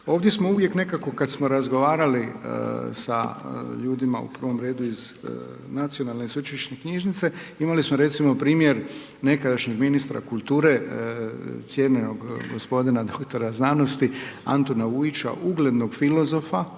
Ovdje smo uvijek nekako kada smo razgovarali sa ljudima u prvom redu iz Nacionalne i sveučilišne knjižnice, imali smo recimo primjer nekadašnjeg ministra kulture, cijenjenog gospodina dr. znanosti Antuna Vujića, uglednog filozofa